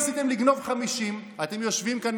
ניסיתם לגנוב 50. אתם יושבים כאן,